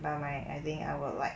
but my I think I would like